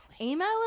Email